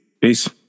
Peace